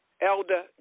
Elder